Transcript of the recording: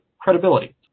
credibility